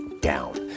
down